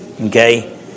okay